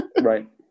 Right